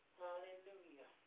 hallelujah